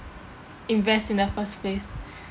invest in the first place